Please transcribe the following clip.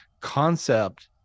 concept